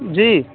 جی